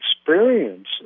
experience